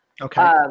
Okay